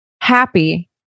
happy